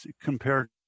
compared